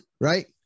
Right